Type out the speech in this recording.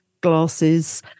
glasses